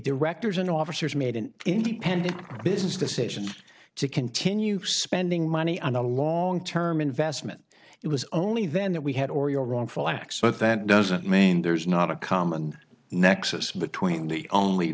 directors and officers made an independent business decision to continue spending money on a long term investment it was only then that we had or your wrongful acts but that doesn't mean there's not a common nexus between the only